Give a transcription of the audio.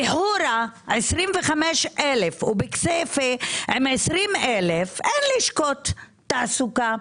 בחורא 25,000 ובכספייא עם 20,000 אין לשכות תעסוקה.